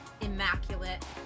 immaculate